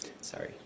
sorry